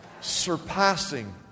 Surpassing